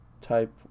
type